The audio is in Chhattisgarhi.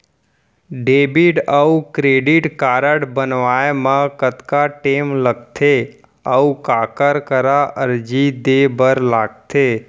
डेबिट अऊ क्रेडिट कारड बनवाए मा कतका टेम लगथे, अऊ काखर करा अर्जी दे बर लगथे?